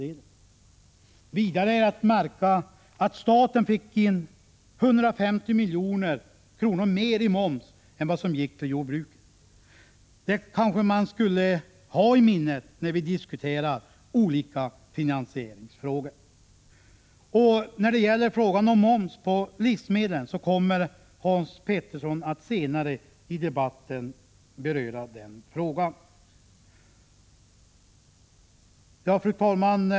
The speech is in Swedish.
Det är vidare att märka att staten fick in 150 milj.kr. mer i moms än vad som gick till jordbruket. Det skulle vi kanske ha i minnet när vi diskuterar olika finansieringsfrågor. Frågan om moms på livsmedel kommer Hans Petersson i Hallstahammar att beröra senare i debatten. Fru talman!